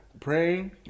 praying